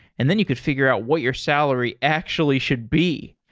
and then you could figure out what your salary actually should be.